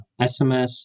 SMS